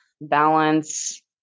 balance